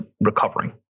recovering